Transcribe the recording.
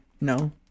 No